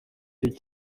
nacyo